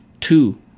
two